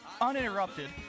uninterrupted